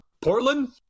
Portland